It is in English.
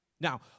Now